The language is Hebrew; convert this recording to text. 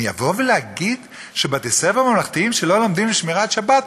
אני אבוא ואגיד שבתי-ספר ממלכתיים שלא לומדים על שמירת שבת,